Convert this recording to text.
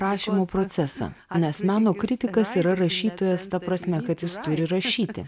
rašymo procesą nes meno kritikas yra rašytojas ta prasme kad jis turi rašyti